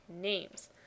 names